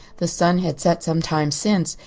the sun had set some time since,